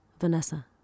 Vanessa